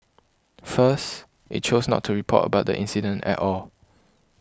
first it chose not to report about the incident at all